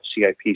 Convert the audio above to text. CIP